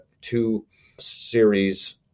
two-series